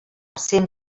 cent